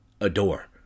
adore